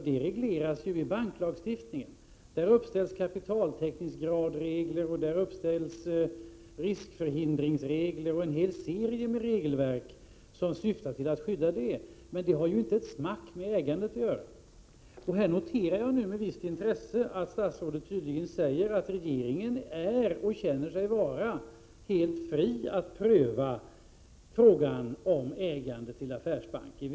Detta regleras ju i banklagstiftningen, där det uppställs regler för kapitaltäckningsgrad, riskförhindringsregler och en hel serie med regelverk som syftar till att skydda allmänheten, men det har ju inte ett smack med ägandet att göra. Här noterar jag med visst intresse att statsrådet säger att regeringen är och känner sig vara helt fri att pröva frågan om ägandet av affärsbanker.